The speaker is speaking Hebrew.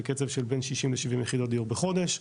בקצב של בין 60-70 יחידות דיור בחודש,